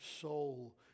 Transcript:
soul